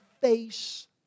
face